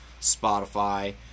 Spotify